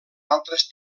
altres